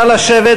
נא לשבת,